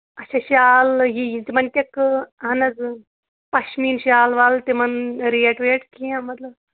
اچھا شال یہِ یہِ تِمَن کیٛاہ کٲ اہن حظ پَشمیٖن شال وال تِمَن ریٹ ویٹ کینٛہہ مطلب